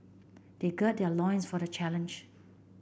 they gird their loins for the challenge